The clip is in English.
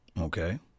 Okay